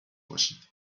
باشد